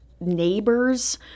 neighbors